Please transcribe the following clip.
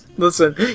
Listen